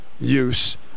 use